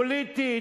פוליטית,